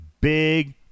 Big